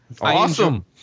awesome